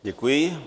Děkuji.